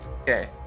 Okay